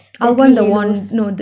deathly hallows